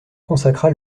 consacra